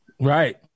Right